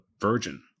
virgin